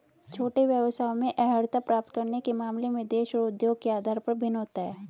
छोटे व्यवसायों में अर्हता प्राप्त करने के मामले में देश और उद्योग के आधार पर भिन्न होता है